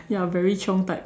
ya very chiong type